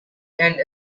and